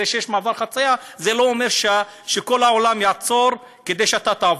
זה שיש מעבר חציה זה לא אומר שכל העולם יעצור כדי שאתה תעבור.